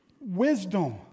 wisdom